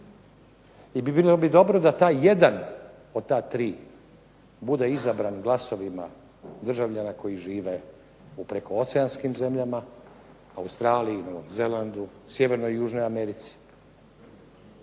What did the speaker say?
i bilo bi dobro da taj jedan od ta tri bude izabran glasovima državljana koji žive u prekooceanskim zemljama Australiji, Novom Zelandu, sjevernoj i južnoj Americi.